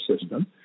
system